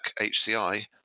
HCI